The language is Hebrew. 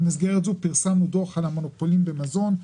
כאשר במסגרת הזו פרסמנו דוח על המונופולים במזון.